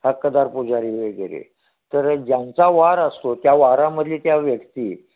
हक्कदार पुजारी वगैरे तर ज्यांचा वार असतो त्या वारामधले त्या व्यक्ती